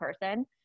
person